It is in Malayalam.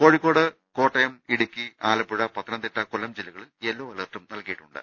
കോഴി ക്കോട് കോട്ടയം ഇടുക്കി ആലപ്പുഴ പത്തനംതിട്ട കൊല്ലം ജില്ലകളിൽ യെല്ലോ അലർട്ടും നൽകിയിട്ടുണ്ട്